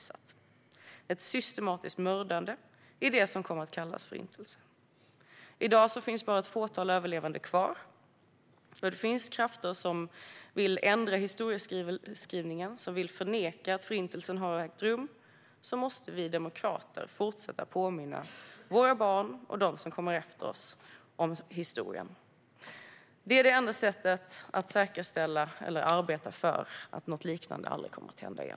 Det var ett systematiskt mördande i det som kom att kallas Förintelsen. I dag finns bara ett fåtal överlevande kvar. Då det finns krafter som vill ändra historieskrivningen och förneka att Förintelsen har ägt rum måste vi demokrater fortsätta att påminna våra barn och andra som kommer efter oss om historien. Det är det enda sättet att säkerställa eller arbeta för att något liknande aldrig kommer att hända igen.